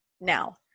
Now